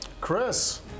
Chris